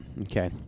okay